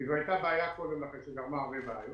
הייתה בעיה קודם לכן שגרמה להרבה בעיות,